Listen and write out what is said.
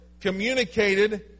communicated